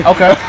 Okay